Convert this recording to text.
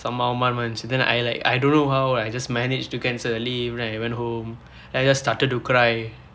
ரொம்ப அவமானமா இருந்தது:rompa avamaanamaaka irundthathu then I like I don't know how I just managed to get a lift then I went home then I just started to cry